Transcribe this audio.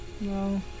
No